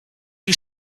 you